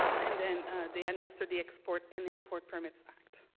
and then they administer the export and import permits act.